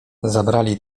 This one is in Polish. zabrali